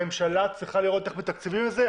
הממשלה צריכה לראות איך מתקצבים את זה,